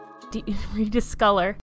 rediscolor